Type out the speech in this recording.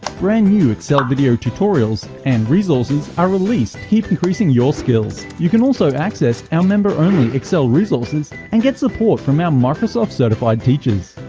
brand new excel video tutorials and resources are released, keep increasing your skills. you can also access, our member only excel resources and get support from our microsoft certified teachers.